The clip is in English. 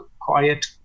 quiet